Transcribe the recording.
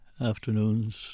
afternoons